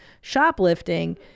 shoplifting